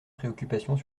préoccupations